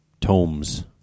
tomes